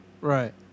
Right